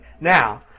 Now